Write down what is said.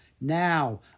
Now